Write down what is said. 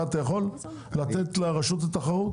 זה אתה יכול לתת לרשות התחרות?